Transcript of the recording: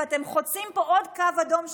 ואתם חוצים פה עוד קו אדום שנחצה,